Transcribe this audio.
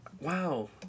Wow